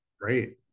great